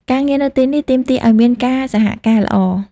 ការងារនៅទីនេះទាមទារឱ្យមានការសហការល្អ។